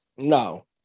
No